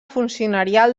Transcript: funcionarial